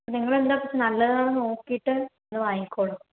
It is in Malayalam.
നിങ്ങളെന്താ നല്ലതാണോ നോക്കിയിട്ടു ഒന്നു വാങ്ങിക്കോളൂ